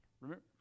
Remember